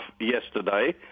yesterday